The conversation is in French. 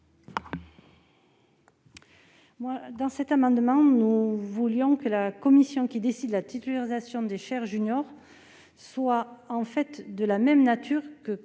Par cet amendement, nous voulons que la commission qui décide la titularisation des chaires juniors soit la même que